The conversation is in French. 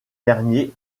derniers